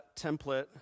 template